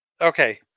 okay